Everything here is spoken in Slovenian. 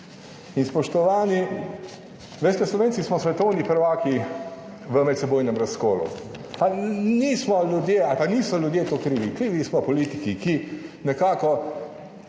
Spoštovani, veste, Slovenci smo svetovni prvaki v medsebojnem razkolu. Pa nismo ljudje ali pa niso ljudje tega krivi, krivi smo politiki, ki nekako,